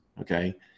okay